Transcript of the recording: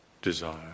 Desire